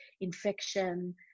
infection